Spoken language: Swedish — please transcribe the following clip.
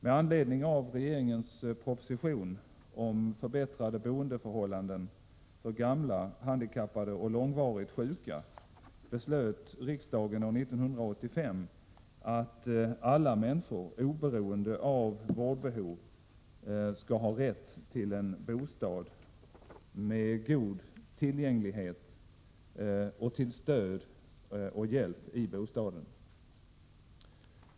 Med anledning av regeringens proposition om förbättrade boendeförhållanden för gamla, handikappade och långvarigt sjuka beslöt riksdagen år 1985 att alla människor oberoende av vårdbehov skall ha rätt till en bostad med god tillgänglighet och till stöd och hjälp i bostaden.